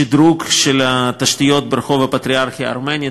שדרוג של התשתיות ברחוב הפטריארכיה הארמנית,